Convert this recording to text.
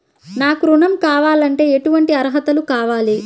నాకు ఋణం కావాలంటే ఏటువంటి అర్హతలు కావాలి?